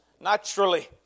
naturally